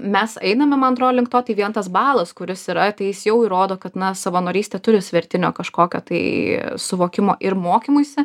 mes einame man atro link to tai vien tas balas kuris yra tai jis jau įrodo kad na savanorystė turi svertinio kažkokio tai suvokimo ir mokymuisi